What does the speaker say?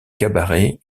cabarets